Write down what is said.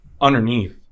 underneath